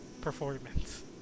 performance